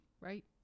Right